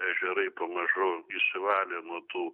ežerai pamažu išsivalė nuo tų